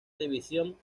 división